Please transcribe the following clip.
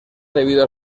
debido